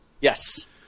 Yes